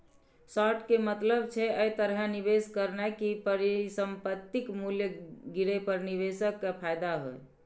short के मतलब छै, अय तरहे निवेश करनाय कि परिसंपत्तिक मूल्य गिरे पर निवेशक कें फायदा होइ